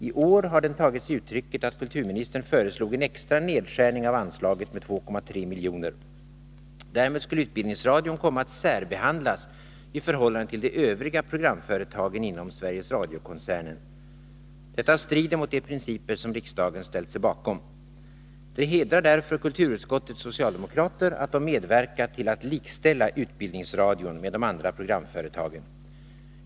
I år har den tagit sig uitrycket att kulturministern föreslog en extra nedskärning av anslaget med 2,3 milj.kr. Därmed skulle Utbildningsradion komma att särbehandlas i förhållande till de övriga programföretagen inom Sveriges Radio-koncernen. Detta strider mot de principer som riksdagen ställt sig bakom. Det hedrar därför kulturutskottets socialdemokrater att de medverkat till att likställa Utbildningsradion med de andra programföretagen.